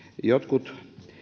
jotkut